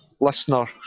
listener